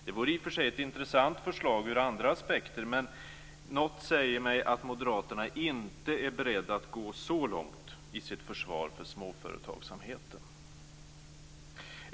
Det vore i och för sig ett intressant förslag ur andra aspekter, men något säger mig att moderaterna inte är beredda att gå så långt i sitt försvar för småföretagsamheten.